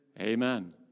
Amen